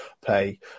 play